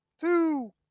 two